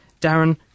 Darren